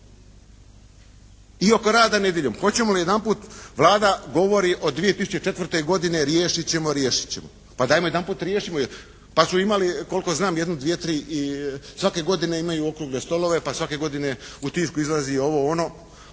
I oko rada nedjeljom. Hoćemo li jedanput, Vlada govori od 2004. godine riješit ćemo, riješit ćemo. Pa dajmo jedanput riješimo. Pa su imali koliko znam, jedno dvije-tri, svake godine imaju okrugle stolove pa svake godine u tisku izlazi ovo-ono.